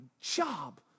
job